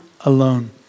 alone